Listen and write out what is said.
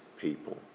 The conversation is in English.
people